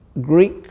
Greek